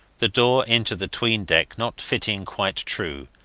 the door into the tween-deck not fitting quite true,